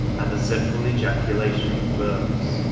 and the simple ejaculation of burns,